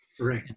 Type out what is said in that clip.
Right